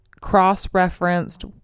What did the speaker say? cross-referenced